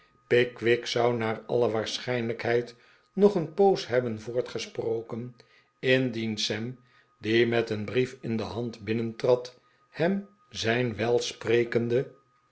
pickwick zou naar alle waarsehijnlijkheid nog een poos hebben voortgesproken indien sam die met een brief in de hand binnentrad hem zijn